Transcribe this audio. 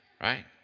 right